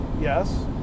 yes